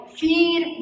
feed